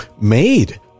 made